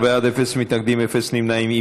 14 בעד, אפס מתנגדים, אפס נמנעים.